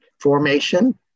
formation